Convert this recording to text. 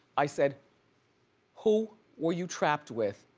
i said who were you trapped with?